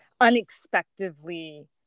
unexpectedly